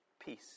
peace